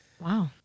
Wow